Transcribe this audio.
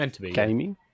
gaming